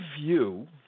view